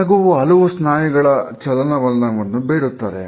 ನಗುವು ಹಲವು ಸ್ನಾಯುಗಳ ಚಲನವಲನವನ್ನು ಬೇಡುತ್ತದೆ